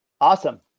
Awesome